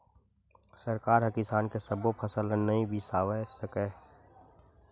सरकार ह किसान के सब्बो फसल ल नइ बिसावय सकय